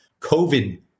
COVID